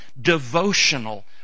devotional